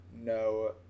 no